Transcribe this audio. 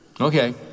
Okay